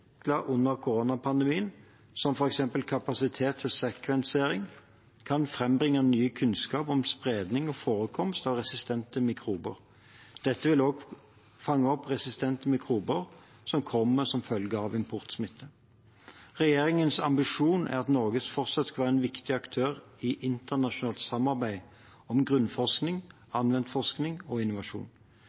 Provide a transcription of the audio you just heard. under koronapandemien, som f.eks. kapasiteten til sekvensering, kan frambringe ny kunnskap om spredning og forekomst av resistente mikrober. Dette vil også fange opp resistente mikrober som kommer som følge av importsmitte. Regjeringens ambisjon er at Norge skal fortsette å være en viktig aktør i internasjonalt samarbeid om grunnforskning, anvendt forskning og innovasjon.